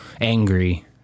Angry